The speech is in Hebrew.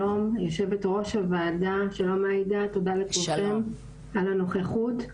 שלום, תודה לכולכם על הנוכחות.